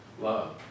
love